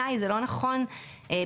זה לא נכון בעיניי להגדיר,